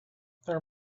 there